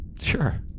Sure